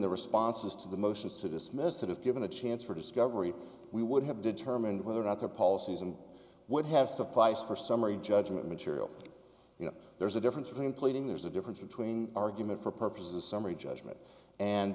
the responses to the motions to dismiss that if given a chance for discovery we would have determined whether or not their policies and would have sufficed for summary judgment material you know there's a difference between pleading there's a difference between argument for purposes summary judgment and